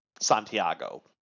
Santiago